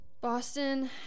Boston